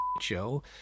show